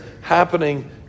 happening